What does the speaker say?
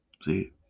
see